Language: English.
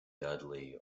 dudley